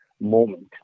moment